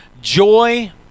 Joy